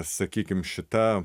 sakykim šita